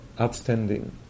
outstanding